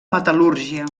metal·lúrgia